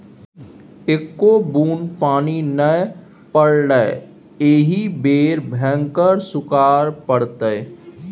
एक्को बुन्न पानि नै पड़लै एहि बेर भयंकर सूखाड़ पड़तै